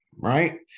Right